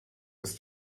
ist